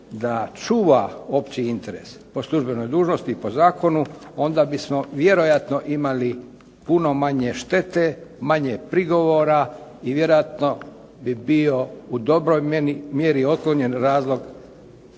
da čuva opći interes po službenoj dužnosti i po zakonu onda bismo vjerojatno imali puno manje štete, manje prigovora i vjerojatno bi bio u dobroj mjeri otklonjen razlog